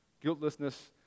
guiltlessness